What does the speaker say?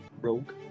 rogue